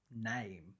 name